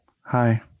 Hi